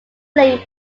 lake